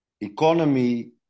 economy